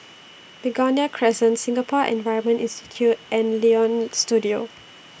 Begonia Crescent Singapore Environment Institute and Leonie Studio